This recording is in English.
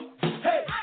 Hey